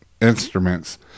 instruments